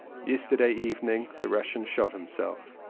yesterday evening the russian shot him self,